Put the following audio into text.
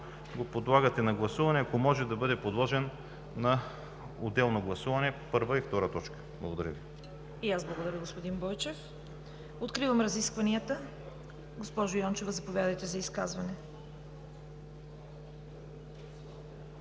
го подлагате на гласуване, ако може да бъдат подложени на отделно гласуване първа и втора точка. Благодаря Ви. ПРЕДСЕДАТЕЛ ЦВЕТА КАРАЯНЧЕВА: И аз благодаря, господин Бойчев. Откривам разискванията. Госпожо Йончева, заповядайте за изказване.